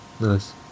Nice